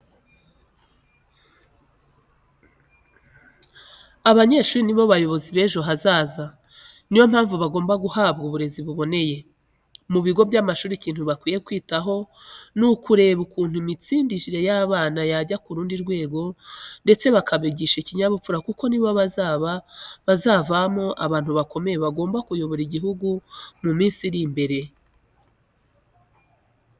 Abanyeshuri ni bo bayobozi b'ejo hazaza niyo mpamvu bagomba guhabwa uburezi buboneye. Mu bigo by'amashuri ikintu bakwiye kwitaho ni ukureba ukuntu imitsindire y'abana yajya ku rundi rwego ndetse bakabigisha ikinyabupfura kuko ni bo baba bazavamo abantu bakomeye bagomba kuyobora igihugu mu minsi iri imbere.